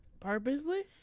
Purposely